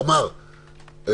תמר,